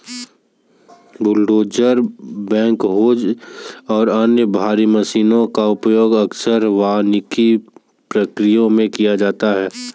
bulldozer backhoes और अन्य भारी मशीनों का उपयोग अक्सर वानिकी प्रक्रिया में किया जाता है